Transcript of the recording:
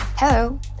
Hello